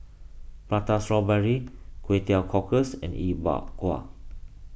Prata Strawberry Kway Teow Cockles and E Bua Gua